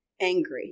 angry